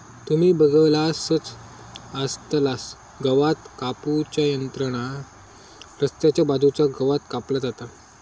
तुम्ही बगलासच आसतलास गवात कापू च्या यंत्रान रस्त्याच्या बाजूचा गवात कापला जाता